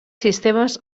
sistemes